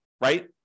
right